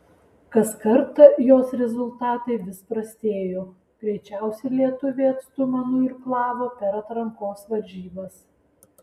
kas kartą jos rezultatai vis prastėjo greičiausiai lietuvė atstumą nuirklavo per atrankos varžybas